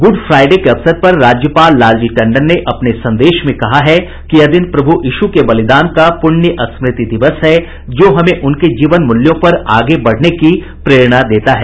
good Friday के अवसर पर राज्यपाल लालजी टंडन ने कहा है कि यह दिन प्रभू यीशू के बलिदान का पुण्य स्मृति दिवस है जो हमे उनके जीवन मूल्यों पर आगे बढ़ने की प्रेरणा देता है